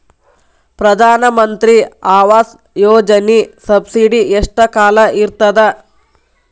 ಪ್ರಧಾನ ಮಂತ್ರಿ ಆವಾಸ್ ಯೋಜನಿ ಸಬ್ಸಿಡಿ ಎಷ್ಟ ಕಾಲ ಇರ್ತದ?